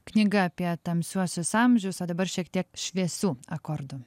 knyga apie tamsiuosius amžius o dabar šiek tiek šviesių akordų